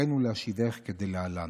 הרינו להשיבך כדלהלן: